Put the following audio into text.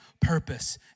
purpose